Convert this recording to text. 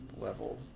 level